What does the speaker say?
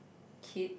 kid